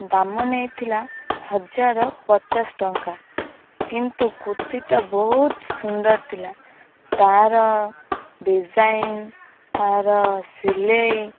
ଦାମ୍ ନେଇଥିଲା ହଜାର ପଚାଶ ଟଙ୍କା କିନ୍ତୁ କୁର୍ତ୍ତୀଟା ବହୁତ ସୁନ୍ଦର ଥିଲା ତାର ଡିଜାଇନ୍ ତାର ସିଲେଇ